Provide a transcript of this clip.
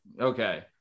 Okay